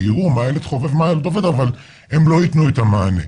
אבל הם לא ייתנו את המענה.